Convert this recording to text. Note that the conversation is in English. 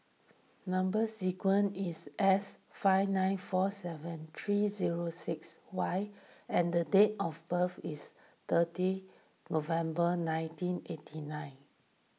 Number Sequence is S five nine four seven three zero six Y and the date of birth is thirty November nineteen eighty nine